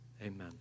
Amen